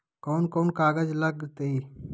कौन कौन कागज लग तय?